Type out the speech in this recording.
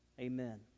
Amen